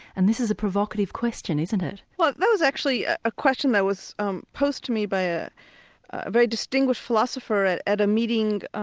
and this is a provocative question, isn't it? well that was actually a a question that um posed to me by a a very distinguished philosopher at at a meeting,